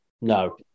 no